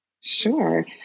Sure